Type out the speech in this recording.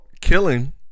killing